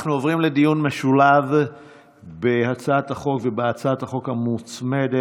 אנחנו עוברים לדיון משולב בהצעת החוק ובהצעת החוק המוצמדת.